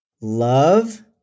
Love